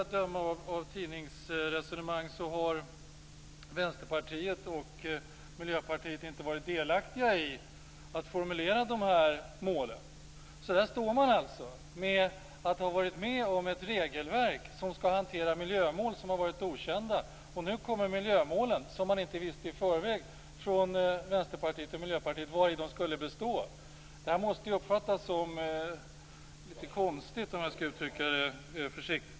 Att döma av tidningsresonemang har Vänsterpartiet och Miljöpartiet inte varit delaktiga i att formulera dessa mål. De har alltså varit med om att utarbeta ett regelverk där miljömålen har varit okända. Nu presenteras miljömålen som man från Miljöpartiet och Vänsterpartiet inte kände till i förväg. Detta måste uppfattas som litet konstigt, om jag skall uttrycka det försiktigt.